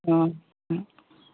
অঁ